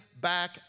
back